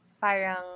Parang